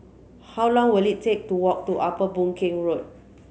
how long will it take to walk to Upper Boon Keng Road